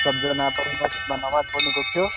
सबजना बढे मस्जिदमा नमाज पढ्नु गएको थियो